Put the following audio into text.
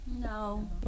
No